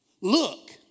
Look